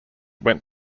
went